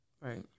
right